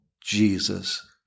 Jesus